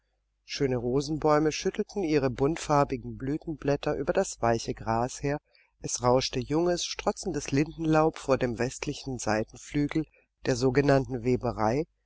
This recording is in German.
schöne rosenbäume schüttelten ihre buntfarbigen blütenblätter über das weiche gras her es rauschte junges strotzendes lindenlaub vor dem westlichen seitenflügel der sogenannten weberei